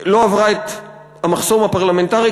לא עברה את המחסום הפרלמנטרי,